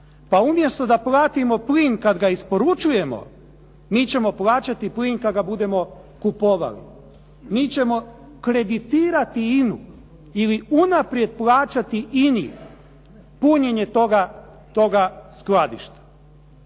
Pa umjesto da platimo plin kad ga isporučujemo, mi ćemo plaćati plin kad ga budemo kupovali. Mi ćemo kreditirati INA-u ili unaprijed plaćati INA-i punjenje toga skladišta.